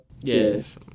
yes